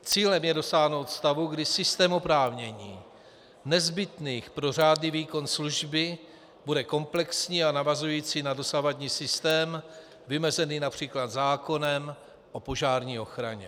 Cílem je dosáhnout stavu, kdy systém oprávnění nezbytných pro řádný výkon služby bude komplexní a navazující na dosavadní systém, vymezený například zákonem o požární ochraně.